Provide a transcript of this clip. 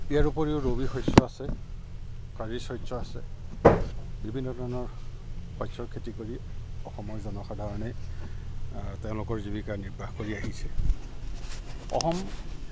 ইয়াৰ উপৰিও ৰবি শস্য আছে খাৰিজ শস্য আছে বিভিন্ন ধৰণৰ শস্যৰ খেতি কৰি অসমৰ জনসাধাৰণে তেওঁলোকৰ জীৱিকা নিৰ্বাহ কৰি আহিছে অসম